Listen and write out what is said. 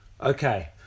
Okay